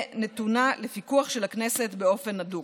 נתונה לפיקוח של הכנסת באופן הדוק.